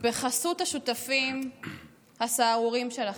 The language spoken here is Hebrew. בחסות השותפים הסהרוריים שלכם?